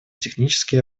технические